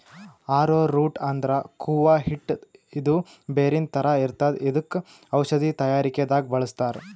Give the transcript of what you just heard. ಆರೊ root ಅಂದ್ರ ಕೂವ ಹಿಟ್ಟ್ ಇದು ಬೇರಿನ್ ಥರ ಇರ್ತದ್ ಇದಕ್ಕ್ ಔಷಧಿ ತಯಾರಿಕೆ ದಾಗ್ ಬಳಸ್ತಾರ್